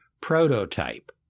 prototype